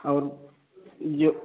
और जो